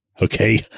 okay